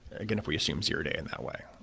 again, if we assume zero day in that way.